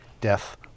Death